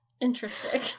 Interesting